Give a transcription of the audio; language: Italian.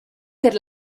per